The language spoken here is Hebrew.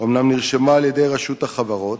אומנם נרשמה על-ידי רשות החברות,